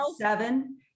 seven